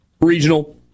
Regional